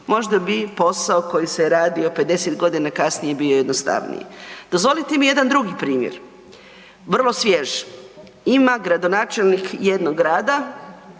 možda bi posao koji se radio 50.g. kasnije bio jednostavniji. Dozvolite mi jedan drugi primjer, vrlo svjež. Ima gradonačelnik jednog grada,